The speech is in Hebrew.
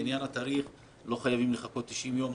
בעניין התאריך לא חייבים לחכות 90 יום.